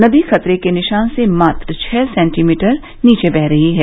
नदी खतरे के निशान से मात्र छः सेंटीमीटर नीचे बह रही है